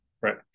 Right